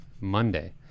Monday